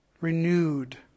Renewed